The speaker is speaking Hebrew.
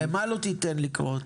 למה לא תיתן לקרות?